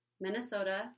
Minnesota